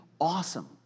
awesome